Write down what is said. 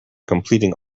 completing